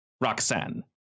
Roxanne